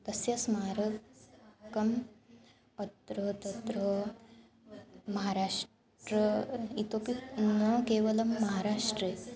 तस्य स्मारकं अत्र तत्र महाराष्टट्रे इतोपि न केवलं महाराष्ट्रे